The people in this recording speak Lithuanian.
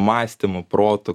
mąstymu protu